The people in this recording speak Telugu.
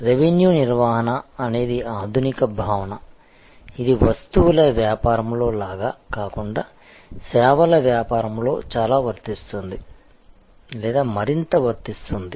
రెవెన్యూ నిర్వహణ అనేది ఆధునిక భావన ఇది వస్తువుల వ్యాపారంలో లాగా కాకుండా సేవల వ్యాపారంలో చాలా వర్తిస్తుంది లేదా మరింత వర్తిస్తుంది